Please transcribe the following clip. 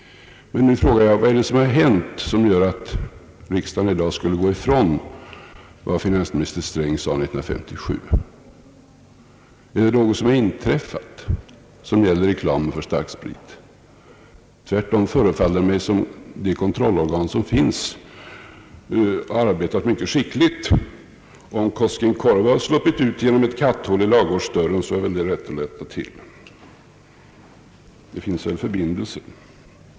Nu frågar jag: Vad är det som har hänt som gör att riksdagen i dag skulle gå ifrån vad finansminister Sträng sade 1957? Är det något som har inträffat som gäller reklamen för starksprit? Tvärtom förefaller det mig som om de kontrollorgan som finns har arbetat mycket skickligt. Om Koskenkorva har sluppit ut genom ett katthål i ladugårdsdörren så är väl det ganska lätt att rätta till — det finns väl förbindelser.